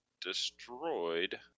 destroyed